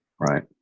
Right